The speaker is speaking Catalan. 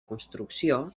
construcció